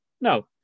no